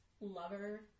lover